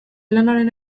lanaren